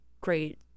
great